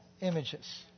images